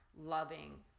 loving